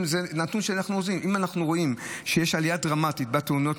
אם אנחנו רואים שיש עלייה דרמטית בתאונות